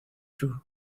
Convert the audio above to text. through